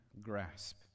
grasp